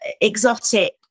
exotic